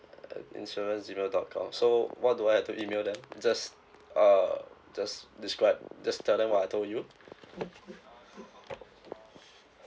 uh insurance G mail dot com so what do I have to email them just err just describe just tell them what I told you